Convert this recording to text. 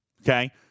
Okay